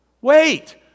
Wait